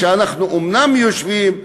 שאנחנו אומנם יושבים,